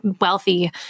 wealthy